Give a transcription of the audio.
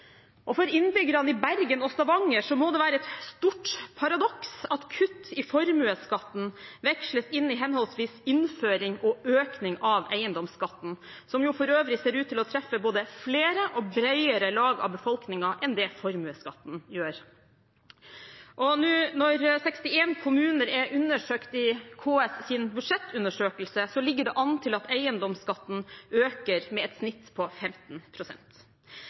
Og for innbyggerne i Bergen og Stavanger må det være et stort paradoks at kutt i formuesskatten veksles inn i henholdsvis innføring og økning av eiendomsskatten, som jo for øvrig ser ut til å treffe både flere og bredere lag av befolkningen enn det formuesskatten gjør. Og nå – etter at 61 kommuner er undersøkt i KS’ budsjettundersøkelse – ligger det an til at eiendomsskatten øker med et gjennomsnitt på